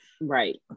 Right